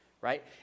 right